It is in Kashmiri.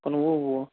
کُنوُہ وُہ